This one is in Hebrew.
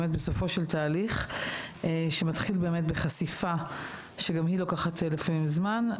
באמת בסופו של תהליך שמתחיל באמת בחשיפה שגם היא לוקחת לפעמים זמן,